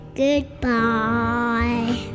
goodbye